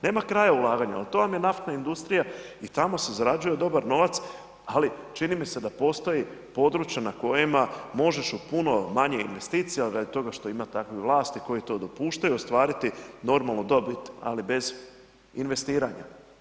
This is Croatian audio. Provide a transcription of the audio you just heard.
Nema kraja ulaganju ali to vam je naftna industrija i tamo se zarađuje dobar novac ali čini mi se da postoji područje na kojima možeš u puno manje investicija radi toga što ima takvih vlasti koje to dopuštaju, ostvariti normalnu dobit ali bez investiranja.